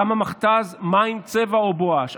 גם המכת"ז, מים, צבע או בואש.